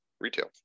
retail